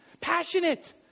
Passionate